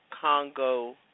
Congo